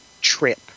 trip